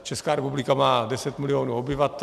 Česká republika má 10 milionů obyvatel.